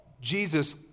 Jesus